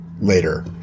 later